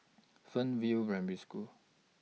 Fernvale Primary School